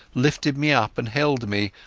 lifted me up and held me,